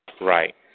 Right